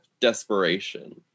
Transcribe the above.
desperation